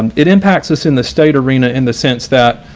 and it impacts us in the state rina in the sense that